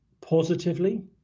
positively